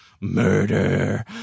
murder